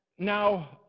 now